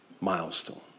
milestone